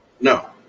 No